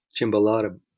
Chimbalada